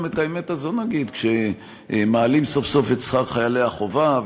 גם את האמת הזאת נגיד: כשמעלים סוף-סוף את שכר חיילי החובה,